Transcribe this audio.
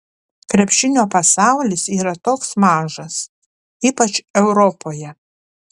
krepšinio pasaulis yra toks mažas ypač europoje